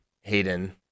Hayden